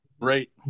right